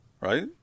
right